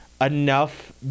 enough